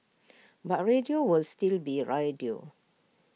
but radio will still be radio